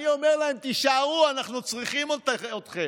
אני אומר להם: תישארו, אנחנו צריכים אתכם.